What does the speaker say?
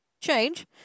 change